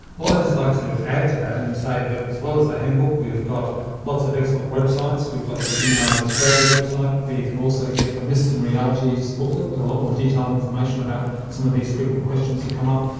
well, i'd just like to add to that and say that as well as the handbook, we've got lots of excellent websites, we've got the immunise australia website where you can also get the myths and realities booklet with a lot more detailed information about some of these frequent questions that come up.